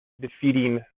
defeating